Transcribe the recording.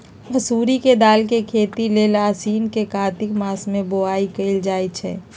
मसूरी के दाल के खेती लेल आसीन से कार्तिक मास में बोआई कएल जाइ छइ